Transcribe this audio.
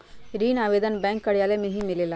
ऋण आवेदन बैंक कार्यालय मे ही मिलेला?